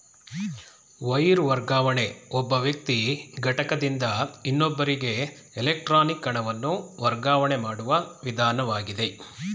wire ವರ್ಗಾವಣೆ ಒಬ್ಬ ವ್ಯಕ್ತಿ ಘಟಕದಿಂದ ಇನ್ನೊಬ್ಬರಿಗೆ ಎಲೆಕ್ಟ್ರಾನಿಕ್ ಹಣವನ್ನು ವರ್ಗಾವಣೆ ಮಾಡುವ ವಿಧಾನವಾಗಿದೆ